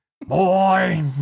Boy